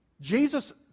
Jesus